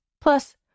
Plus